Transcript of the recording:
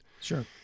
Sure